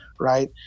Right